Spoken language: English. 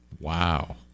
Wow